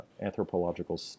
anthropological